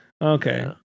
Okay